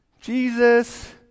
Jesus